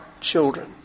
children